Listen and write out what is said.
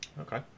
Okay